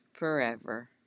Forever